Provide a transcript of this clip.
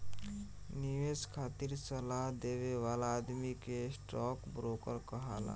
निवेश खातिर सलाह देवे वाला आदमी के स्टॉक ब्रोकर कहाला